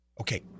Okay